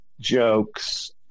jokes